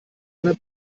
einer